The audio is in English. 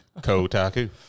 kotaku